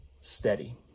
steady